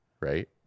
right